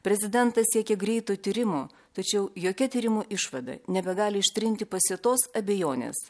prezidentas siekė greito tyrimo tačiau jokia tyrimų išvada nebegali ištrinti pasėtos abejonės